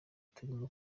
turimo